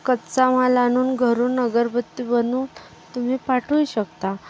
कच्चा माल आणून घरून अगरबत्ती बनवू तुम्ही पाठवू शकता